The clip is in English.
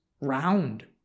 round